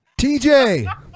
TJ